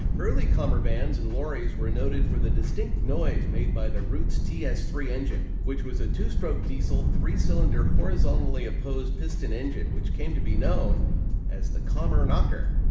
early commer vans and lorries were noted for the distinct noise made by the roots ts three engine, which was a two-stroke diesel, three cylinder, horizontally opposed piston engine which came to be known as the commer knocker.